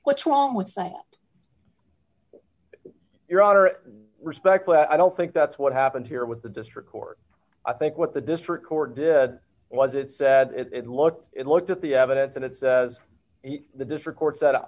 what's wrong with saying your honor respectfully i don't think that's what happened here with the district court i think what the district court did was it said it looked it looked at the evidence and it says the district court set up